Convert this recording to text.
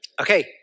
Okay